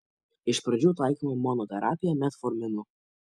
iš pradžių taikoma monoterapija metforminu